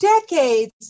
decades